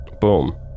Boom